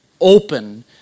open